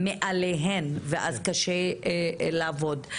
ואז קשה לעבוד.